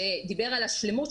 שדיבר על השלמות,